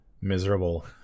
miserable